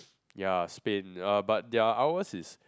ya Spain uh but their hours is